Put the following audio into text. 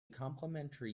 complementary